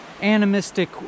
animistic